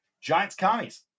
Giants-Commies